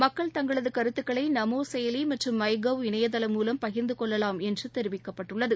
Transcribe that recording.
மக்கள் தங்களது கருத்துக்களை நமோ செயலி மற்றும் மை கவ் இணையதளம் மூலம் பகிா்ந்து கொள்ளலாம் என்று தெரிவிக்கப்பட்டுள்ளது